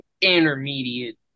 intermediate